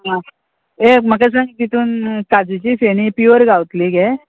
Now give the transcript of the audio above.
आं ये म्हाका सांग तितून काजूची फेणी प्युअर गावतली गे